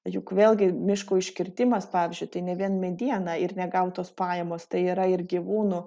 juk vėlgi miško iškirtimas pavyzdžiui tai ne vien mediena ir negautos pajamos tai yra ir gyvūnų